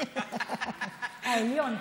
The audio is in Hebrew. העליון.